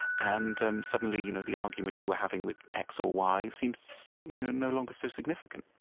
and um suddenly you know the argument you were having with x or y seems no longer so significant